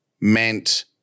meant